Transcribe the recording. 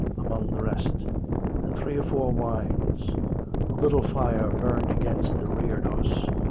among the rest and three or four wines. a little fire burned against the reredos,